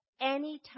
anytime